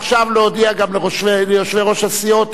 להודיע גם ליושבי-ראש הסיעות אם יש